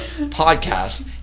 podcast